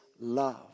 love